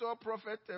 prophet